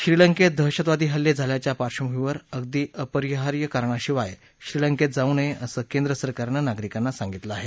श्रीलंकेत दहशतवादी हल्ले झाल्याच्या पार्श्वभूमीवर अगदी अपरिहार्य कारणाशिवाय श्रीलंकेत जाऊ नये असं केंद्र सरकारनं नागरिकांना सांगितलं आहे